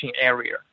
area